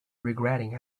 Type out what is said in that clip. regretting